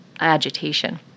agitation